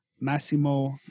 Massimo